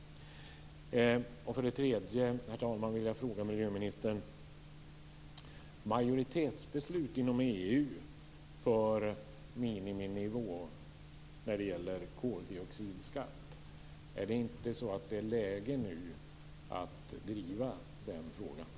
Herr talman! Det behövs majoritetsbeslut inom EU för en miniminivå för koldioxidskatt. Är det nu inte läge för att driva den frågan?